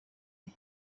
ngo